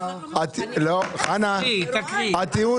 לא, חנה, הטיעון.